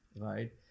right